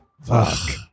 fuck